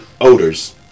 odors